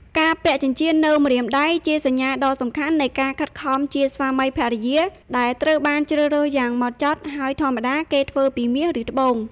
ការពាក់ចិញ្ចៀននៅម្រាមដៃ ជាសញ្ញាដ៏សំខាន់នៃការខិតខំជាស្វាមីភរិយា ដែលត្រូវបានជ្រើសរើសយ៉ាងម៉ត់ចត់ ហើយធម្មតាគេធ្វើពីមាស ឬត្បូង។